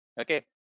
okay